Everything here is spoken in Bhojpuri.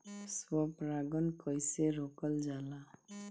स्व परागण कइसे रोकल जाला?